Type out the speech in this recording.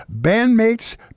bandmates